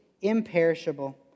imperishable